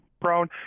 prone